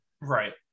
Right